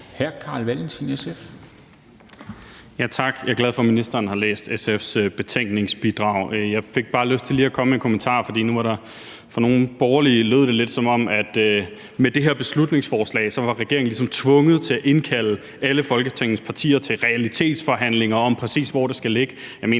13:59 Carl Valentin (SF): Tak. Jeg er glad for, at ministeren har læst SF's betænkningsbidrag. Jeg fik bare lyst til lige at komme med en kommentar, for det lød lidt på nogle borgerlige, som om regeringen med det her beslutningsforslag var tvunget til at indkalde alle Folketingets partier til realitetsforhandlinger om, hvor det præcis skal ligge.